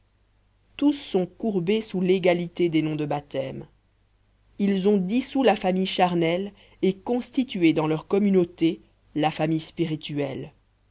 tous sont courbés sous l'égalité des noms de baptême ils ont dissous la famille charnelle et constitué dans leur communauté la famille spirituelle